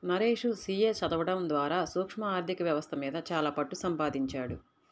Naresh CA చదవడం ద్వారా సూక్ష్మ ఆర్ధిక వ్యవస్థ మీద చాలా పట్టుసంపాదించాడు